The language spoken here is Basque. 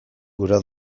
nahi